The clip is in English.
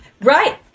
Right